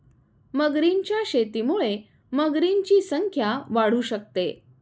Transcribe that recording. मगरींच्या शेतीमुळे मगरींची संख्या वाढू शकते